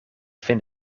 vind